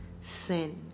sin